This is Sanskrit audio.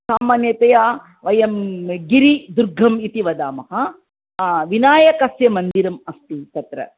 सामान्यतया वयं गिरिदुर्गं इति वदामः विनायकस्य मन्दिरम् अस्ति तत्र